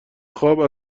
خواب